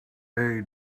day